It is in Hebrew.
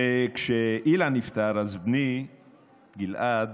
כשאילן נפטר, בני גלעד